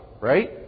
right